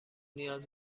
نیاز